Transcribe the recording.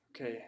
Okay